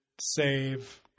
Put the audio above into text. save